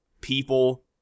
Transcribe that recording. people